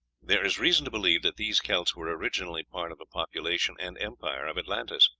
there is reason to believe that these kelts were originally part of the population and empire of atlantis.